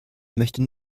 möchte